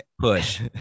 push